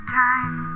time